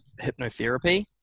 hypnotherapy